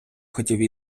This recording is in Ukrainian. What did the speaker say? хотів